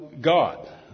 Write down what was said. God